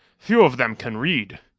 few of them can read.